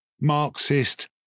Marxist